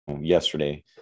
yesterday –